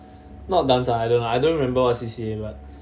not dance ah I don't I don't remember what C_C_A